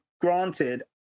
granted